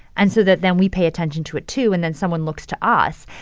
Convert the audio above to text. and so that then we pay attention to it, too, and then someone looks to us.